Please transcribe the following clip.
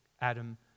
Adam